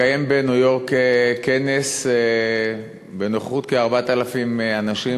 התקיים בניו-יורק כנס בנוכחות כ-4,000 אנשים,